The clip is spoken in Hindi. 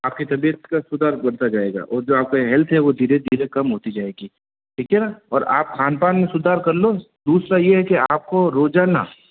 आपकी तबियत का सुधार बढ़ता जाएगा और जो आपका हेल्थ है वो धीरे धीरे कम होती जाएगी ठीक है ना और आप खानपान में सुधार कर लो दूसरा ये है कि आपको रोजाना